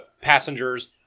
passengers